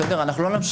בסדר גמור.